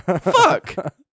Fuck